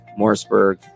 Morrisburg